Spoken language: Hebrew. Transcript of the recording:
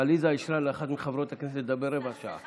שעליזה אישרה לאחת מחברות הכנסת לדבר רבע שעה.